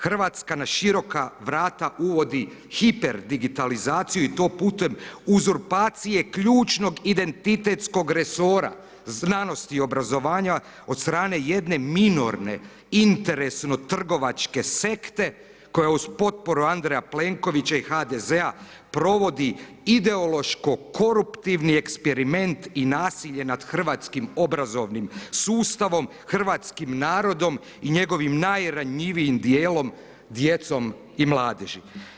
Hrvatska na široka vrata uvodi hiperdigitalizaciju i to putem uzurpacije ključnog identitetskog resora znanost i obrazovanja od strane jedne minorne, interesno trgovačke sekte koja uz potporu Andreja Plenkovića i HDZ-a provodi ideološko koruptivni eksperiment i nasilje nad hrvatskim obrazovnim sustavom, hrvatskim narodom i njegovim najranjivijim djelom, djecom i mladeži.